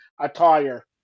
attire